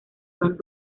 van